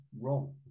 wrong